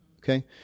okay